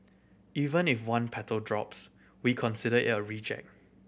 even if one petal drops we consider it a reject